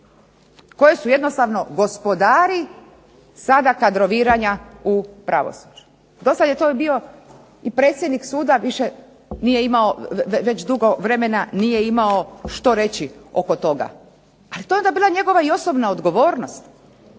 koje su jednostavno gospodari sada kadroviranja u pravosuđu. Dosad je to bio i predsjednik suda, već dugo vremena nije imao šta reći oko toga. To je onda bila njegova i osobna odgovornost.